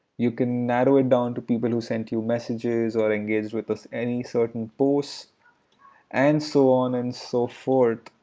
you can narrow it down to people who sent you messages or engaged with us any certain posts and so on and so forth.